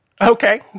Okay